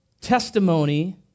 testimony